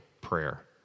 prayer